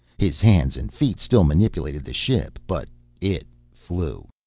his hands and feet still manipulated the ship, but it flew!